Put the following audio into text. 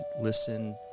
listen